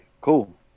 Cool